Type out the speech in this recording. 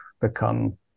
become